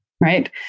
Right